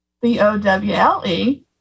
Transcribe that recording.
B-O-W-L-E